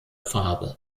farbe